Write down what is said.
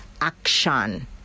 action